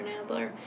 Nadler